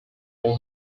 all